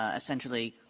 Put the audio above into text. ah essentially,